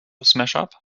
smashup